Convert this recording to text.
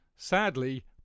Sadly